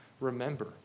remember